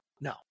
No